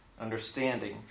understanding